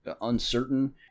uncertain